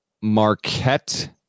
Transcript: Marquette